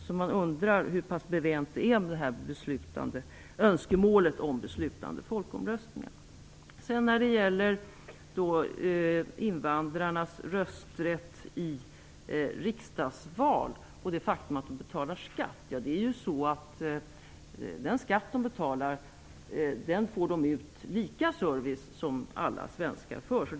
Därför undrar man hur det är bevänt med önskemålet om beslutande folkomröstningar. När det gäller invandrarnas rösträtt i riksdagsval och det faktum att de betalar skatt vill jag påpeka att den skatt de betalar berättigar dem till samma service som alla svenskar har rätt till.